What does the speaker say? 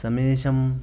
समेषां